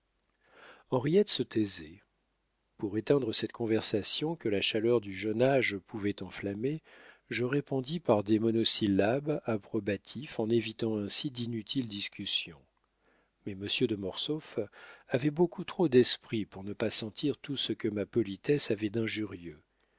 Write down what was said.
henriette se taisait pour éteindre cette conversation que la chaleur du jeune âge pouvait enflammer je répondis par des monosyllabes approbatifs en évitant ainsi d'inutiles discussions mais monsieur de mortsauf avait beaucoup trop d'esprit pour ne pas sentir tout ce que ma politesse avait d'injurieux